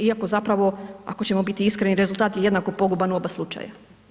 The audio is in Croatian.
Iako zapravo ako ćemo biti iskreni rezultat je jednako poguban u oba slučaja.